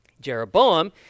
Jeroboam